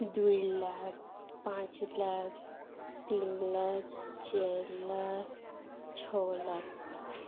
ଦୁଇ ଲକ୍ଷ ପାଞ୍ଚ ଲକ୍ଷ ତିନ ଲକ୍ଷ ଚାରି ଲକ୍ଷ ଛଅ ଲକ୍ଷ